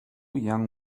young